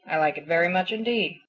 i like it very much indeed.